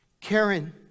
Karen